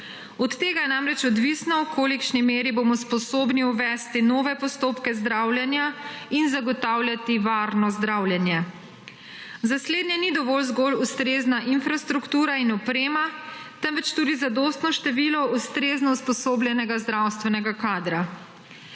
Od tega je namreč odvisno, v kolikšni meri bomo sposobni uvesti nove postopke zdravljenja in zagotavljati varno zdravljenje. Za slednje ni dovolj zgolj ustrezna infrastruktura in oprema, temveč tudi zadostno število ustrezno usposobljenega zdravstvenega kadra.